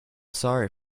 sorry